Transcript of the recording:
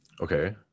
okay